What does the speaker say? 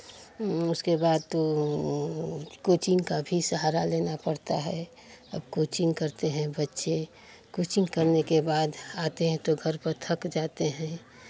उसके बाद तो कोचिंग का भी सहारा लेना पड़ता है अब कोचिंग करते हैं बच्चे कोचिंग करने के बाद आते हैं तो घर पर थक जाते हैं